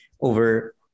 over